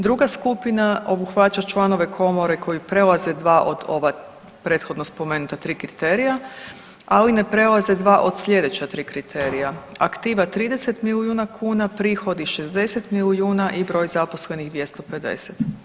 Druga skupina obuhvaća članove komore koji prelaze 2 od prethodno spomenuta 3 kriterija ali ne prelaze 2 od slijedeća 3 kriterija, aktiva 30 milijuna kuna, prihodi 60 milijuna i broj zaposlenih 250.